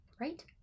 right